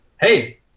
hey